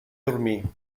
dormir